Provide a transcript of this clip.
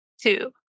two